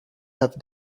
have